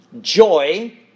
joy